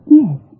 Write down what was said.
yes